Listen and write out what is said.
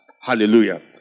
Hallelujah